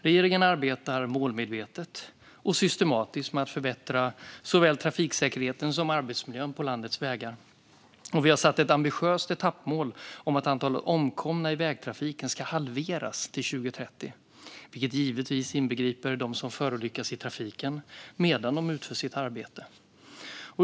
Regeringen arbetar målmedvetet och systematiskt med att förbättra såväl trafiksäkerheten som arbetsmiljön på landets vägar. Vi har satt ett ambitiöst etappmål om att antalet omkomna i vägtrafiken ska halveras till 2030, vilket givetvis inbegriper dem som förolyckas i trafiken medan de utför sitt arbete.